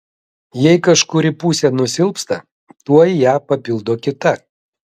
jei kažkuri pusė nusilpsta tuoj ją papildo kita